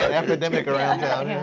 epidemic around town.